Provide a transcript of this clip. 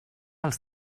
als